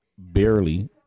Barely